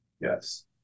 Yes